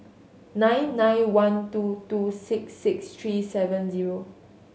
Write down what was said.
nine nine one two two six six three seven zero